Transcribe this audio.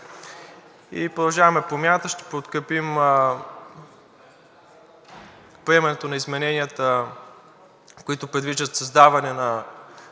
„Продължаваме Промяната“ ще подкрепим приемането на измененията, които предвиждат създаване на